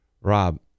Rob